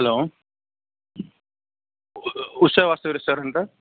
hello Usha Vasavi రెస్టారెంటా